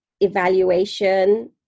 Evaluation